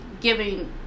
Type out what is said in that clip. giving